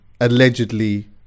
allegedly